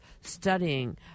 studying